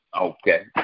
okay